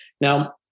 Now